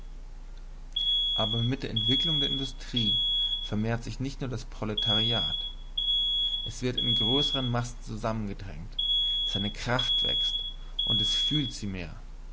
aber mit der entwicklung der industrie vermehrt sich nicht nur das proletariat es wird in größeren massen zusammengedrängt seine kraft wächst und es fühlt sie immer mehr